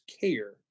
care